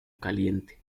caliente